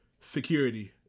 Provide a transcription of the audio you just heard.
security